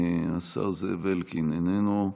השר זאב אלקין, איננו.